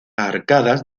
arcadas